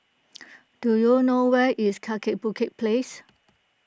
do you know where is Kaki Bukit Place